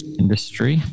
industry